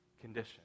condition